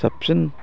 साबसिन